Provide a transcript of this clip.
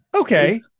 Okay